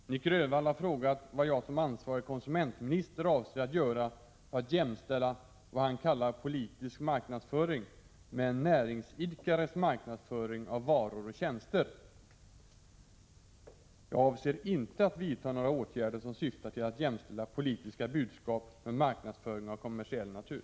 Fru talman! Nic Grönvall har frågat vad jag som ansvarig konsumentminister avser att göra för att jämställa vad han kallar politisk marknadsföring med en näringsidkares marknadsföring av varor och tjänster. Jag avser inte att vidta några åtgärder som syftar till att jämställa politiska budskap med marknadsföring av kommersiell natur.